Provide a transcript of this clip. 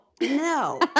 no